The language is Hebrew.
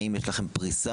האם יש לכם פריסה?